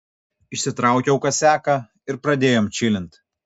išsitraukiau kasiaką ir pradėjom čilint